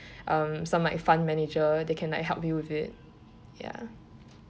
um some like fund manager they can like help you with it ya